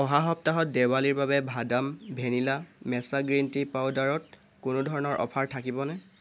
অহা সপ্তাহত দেৱালীৰ বাবে ভাদাম ভেনিলা মেচা গ্ৰীণ টি পাউদাৰত কোনো ধৰণৰ অফাৰ থাকিবনে